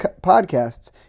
podcasts